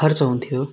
खर्च हुन्थ्यो